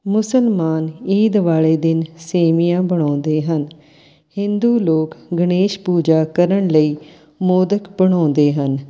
ਮੁਸਲਮਾਨ ਈਦ ਵਾਲੇ ਦਿਨ ਸੇਵੀਆਂ ਬਣਾਉਂਦੇ ਹਨ ਹਿੰਦੂ ਲੋਕ ਗਣੇਸ਼ ਪੂਜਾ ਕਰਨ ਲਈ ਮੋਦਕ ਬਣਾਉਂਦੇ ਹਨ